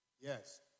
Yes